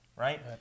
Right